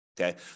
Okay